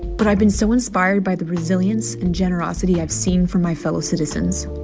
but i've been so inspired by the resilience and generosity i've seen from my fellow citizens.